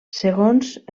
segons